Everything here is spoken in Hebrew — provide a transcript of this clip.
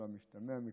עם כל המשתמע מכך,